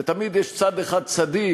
ותמיד יש צד אחד צדיק.